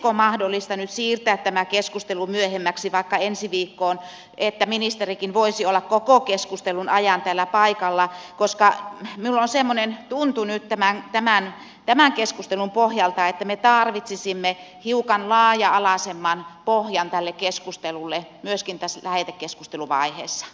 olisiko mahdollista nyt siirtää tämä keskustelu myöhemmäksi vaikka ensi viikkoon että ministerikin voisi olla koko keskustelun ajan täällä paikalla koska minulla on semmoinen tuntu nyt tämän keskustelun pohjalta että me tarvitsisimme hiukan laaja alaisemman pohjan tälle keskustelulle myöskin tässä lähetekeskusteluvaiheessa